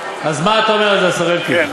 אז מה אתה אומר על זה, השר אלקין?